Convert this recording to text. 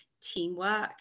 teamwork